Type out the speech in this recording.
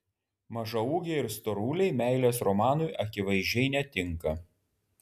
mažaūgiai ir storuliai meilės romanui akivaizdžiai netinka